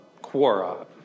Quora